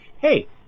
Hey